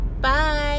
Bye